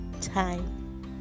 time